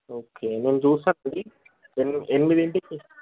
okay మేము చూస్తామండి ఎనిమిదింటికి